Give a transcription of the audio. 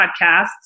podcasts